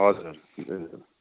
हजुर हजुर ए